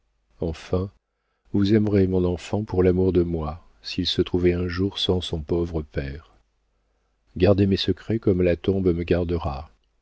enfin vous aimerez mon enfant pour l'amour de moi s'il se trouvait un jour sans son pauvre père gardez mes secrets comme la tombe me gardera